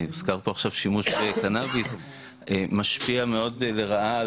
הוזכר פה עכשיו שימוש בקנאביס משפיע מאוד לרעה על